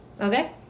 Okay